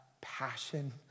passion